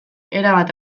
erabat